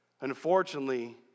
Unfortunately